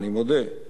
אני מודה,